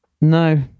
No